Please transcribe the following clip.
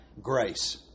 Grace